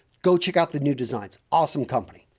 go check out the new designs. awesome company.